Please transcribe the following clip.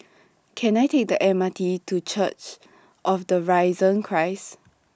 Can I Take The M R T to Church of The Risen Christ